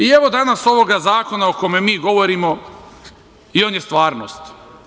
I, evo danas ovog zakona o kome mi govorimo i on je stvarnost.